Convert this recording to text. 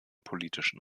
politischen